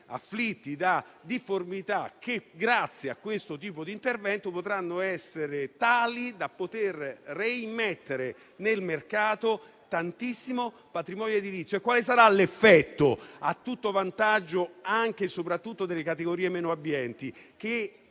afflitti da difformità, e che grazie a questo tipo di intervento potranno essere reimmessi nel mercato, e si tratta di tantissimo patrimonio edilizio. Quale sarà l'effetto, a tutto vantaggio anche e soprattutto delle categorie meno abbienti?